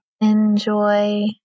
enjoy